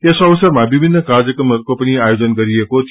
यस अवसरमा विभिन्न कार्यक्रमहरूके पनि आयोजन गरिएको थियो